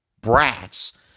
brats